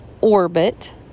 orbit